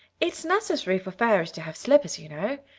it's necessary for fairies to have slippers, you know.